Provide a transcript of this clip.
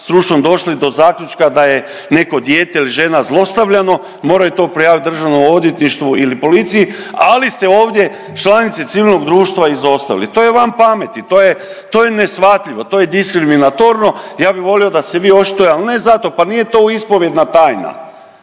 stručnom došli do zaključka da je neko dijete ili žena zlostavljano, moraju to prijaviti Državnom odvjetništvu ili policiji ali ste ovdje članice civilnog društva izostavili. To je van pameti, to je, to je neshvatljivo, to je diskriminatorno. Ja bi volio da se vi očitujete al ne zato pa nije to ispovjedna tajna.